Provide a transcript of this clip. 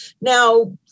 Now